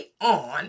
on